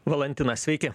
valantinas sveiki